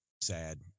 sad